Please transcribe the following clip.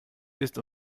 ist